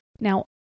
Now